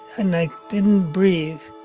and i didn't breathe,